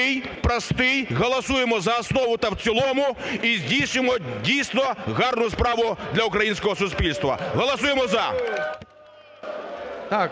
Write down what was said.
простий, голосуємо за основу та в цілому і здійснимо, дійсно, гарну справу для українського суспільства. Голосуємо "за".